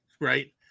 right